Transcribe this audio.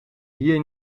hier